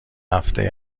هفته